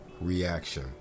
Reaction